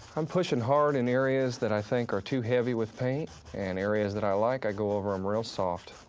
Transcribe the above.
i'm pushing hard in areas that i think are too heavy with paint and areas that i like i go over em real soft.